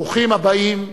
ברוכים הבאים.